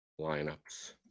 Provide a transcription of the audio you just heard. lineups